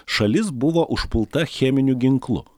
šalis buvo užpulta cheminiu ginklu